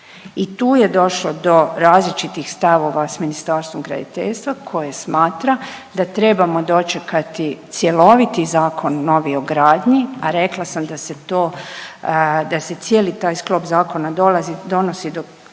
I tu je došlo do različitih stavova s Ministarstvom graditeljstva koje smatra da trebamo dočekati cjeloviti zakon novi o gradnji, a rekla sam da se to, da se cijeli taj sklop zakona donosi do kraja